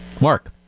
Mark